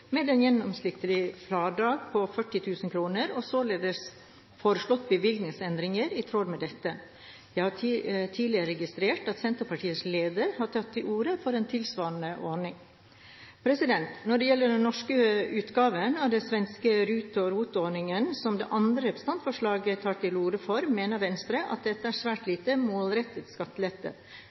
med et gjennomsnittlig fradrag på 40 000 kr. Vi har således foreslått bevilgningsendringer i tråd med dette. Jeg har tidligere registrert at Senterpartiets leder har tatt til orde for en tilsvarende ordning. Når det gjelder den norske utgaven av de svenske RUT- og ROT-ordningene, som det andre representantforslaget tar til orde for, mener Venstre at dette er svært lite